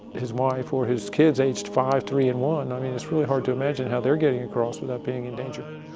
his wife or his kids aged five, three, and one. i mean it's really hard to imagine how they're getting across without being in danger.